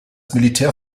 militär